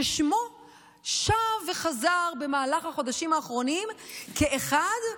ששמו שב וחזר במהלך החודשים האחרונים כאחד,